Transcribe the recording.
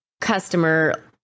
customer